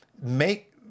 make